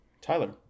Tyler